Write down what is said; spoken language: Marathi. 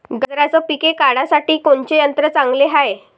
गांजराचं पिके काढासाठी कोनचे यंत्र चांगले हाय?